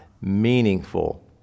meaningful